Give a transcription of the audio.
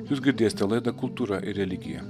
jūs girdėsite laidą kultūra ir religija